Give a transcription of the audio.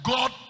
God